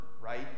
right